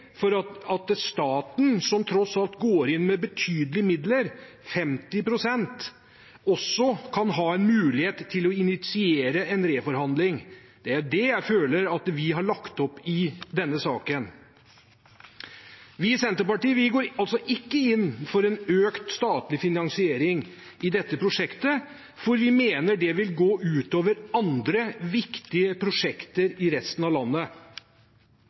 at staten, som tross alt går inn med betydelige midler, 50 pst., også kan ha en mulighet til å initiere en reforhandling. Det er det jeg føler vi har lagt opp til i denne saken. Vi i Senterpartiet går altså ikke inn for økt statlig finansiering i dette prosjektet, fordi vi mener det vil gå ut over andre viktige prosjekter i resten av landet.